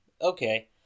Okay